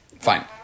fine